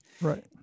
Right